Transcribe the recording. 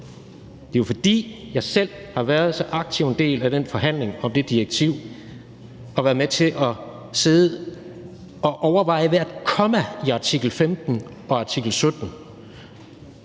Det er jo, fordi jeg selv har været så aktiv en del af den forhandling om det direktiv og har været med til at sidde og overveje hvert komma i artikel 15 og artikel 17,